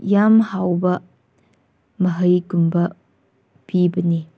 ꯌꯥꯝ ꯍꯥꯎꯕ ꯃꯍꯩꯒꯨꯝꯕ ꯄꯤꯕꯅꯤ